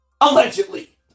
Allegedly